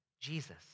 Jesus